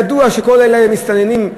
ידוע שכל אלה, המסתננים,